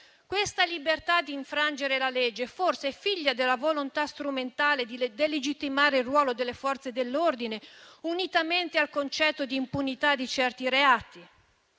Questa libertà di infrangere la legge forse è figlia della volontà strumentale di delegittimare il ruolo delle Forze dell'ordine, unitamente al concetto di impunità di certi reati?